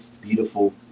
beautiful